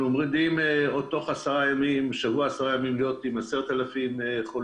אנחנו אמורים תוך שבוע או עשרה ימים להיות עם 10,000 חולים,